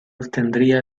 obtendría